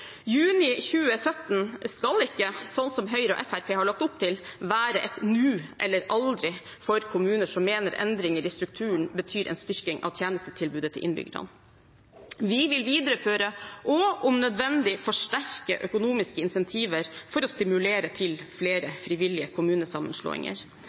Juni 2017 skal ikke, sånn som Høyre og Fremskrittspartiet har lagt opp til, være et nå eller aldri for kommuner som mener endringer i strukturen betyr en styrking av tjenestetilbudet til innbyggerne. Vi vil videreføre og om nødvendig forsterke økonomiske incentiver for å stimulere til